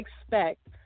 expect